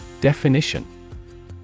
Definition